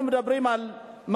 אנחנו מדברים על,